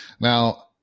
Now